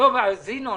אנחנו